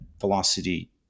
velocity